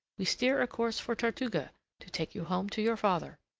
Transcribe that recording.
we steer a course for tortuga to take you home to your father.